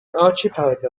archipelago